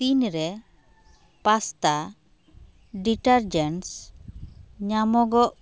ᱛᱤᱱᱨᱮ pasta detergents ᱧᱟᱢᱚᱜᱚᱜᱟᱼᱟ